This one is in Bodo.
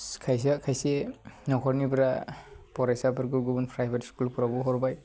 खायसेया खायसे न'खरनिफ्रा फरायसाफोरखौ गुबुन प्राइभेट स्कुलावफ्रावबो हरबाय